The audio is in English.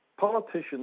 politicians